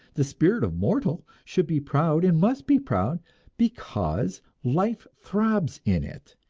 the spirit of mortal should be proud and must be proud because life throbs in it,